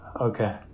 okay